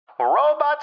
Robots